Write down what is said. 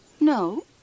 No